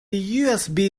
usb